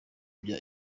bya